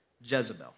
Jezebel